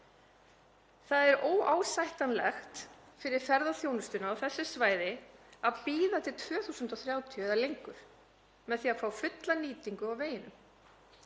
Það er óásættanlegt fyrir ferðaþjónustu á þessu svæði að bíða til 2030 eða lengur eftir því að fá fulla nýtingu á veginum.